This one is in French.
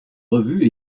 revue